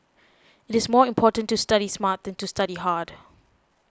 it is more important to study smart than to study hard